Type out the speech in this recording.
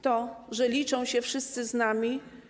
To, że liczą się wszyscy z nami.